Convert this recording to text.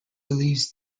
believes